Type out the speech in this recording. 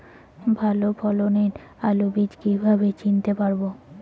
ভালো ফলনের আলু বীজ কীভাবে চিনতে পারবো?